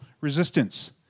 resistance